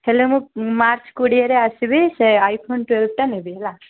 ହେଲେ ମୁଁ ମାର୍ଚ୍ଚ କୋଡ଼ିଏରେ ଆସିବି ସେ ଆଇଫୋନ୍ ଟୁଏଲ୍ଭ୍ଟା ନେବି ହେଲା